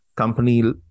company